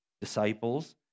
disciples